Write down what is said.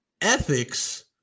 ethics